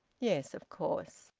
yes, of course.